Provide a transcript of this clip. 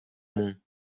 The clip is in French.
mon